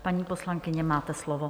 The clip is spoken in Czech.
Paní poslankyně, máte slovo.